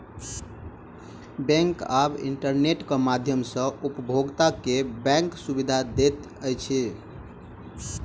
bank आब internet के माध्यम सॅ उपभोगता के बैंक सुविधा दैत अछि